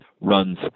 runs